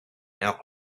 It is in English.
now